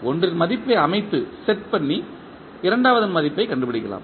ஒன்றின் மதிப்பை அமைத்து இரண்டாவதன் மதிப்பைக் கண்டுபிடிப்போம்